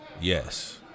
Yes